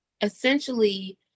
essentially